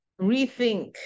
rethink